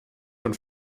von